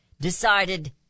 decided